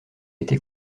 été